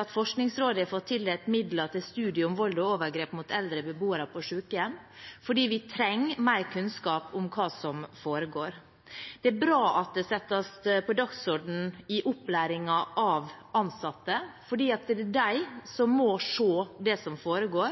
at Forskningsrådet har fått tildelt midler til studie om vold og overgrep mot eldre beboere i sykehjem, for vi trenger mer kunnskap om hva som foregår. Det er bra at det settes på